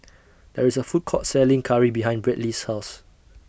There IS A Food Court Selling Curry behind Bradley's House